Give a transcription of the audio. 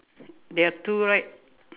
there are two right